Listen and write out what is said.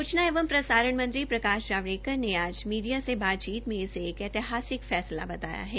सूचना एवं प्रसारण मंत्री प्रकाश जावड़ेकर ने आज मीडिया से बातचीत में इसे एक ऐतिहासिक फैसला बताया है